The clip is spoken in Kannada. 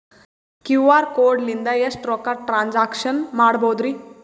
ಕ್ಯೂ.ಆರ್ ಕೋಡ್ ಲಿಂದ ಎಷ್ಟ ರೊಕ್ಕ ಟ್ರಾನ್ಸ್ಯಾಕ್ಷನ ಮಾಡ್ಬೋದ್ರಿ?